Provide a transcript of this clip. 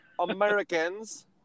Americans